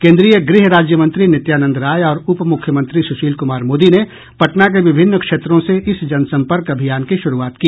केन्द्रीय गृह राज्यमंत्री नित्यानंद राय और उपमुख्यमंत्री सुशील कुमार मोदी ने पटना के विभिन्न क्षेत्रों से इस जनसम्पर्क अभियान की शुरूआत की